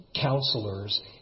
counselors